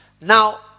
Now